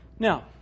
Now